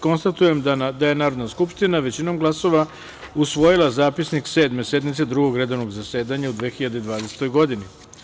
Konstatujem da je Narodna skupština većinom glasova usvojila Zapisnik Sedme sednice Drugog redovnog zasedanja u 2020. godini.